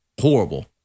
horrible